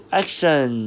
action